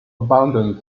abandoned